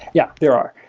yeah, there are.